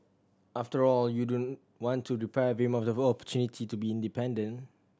after all you don't want to deprive him of the opportunity to be independent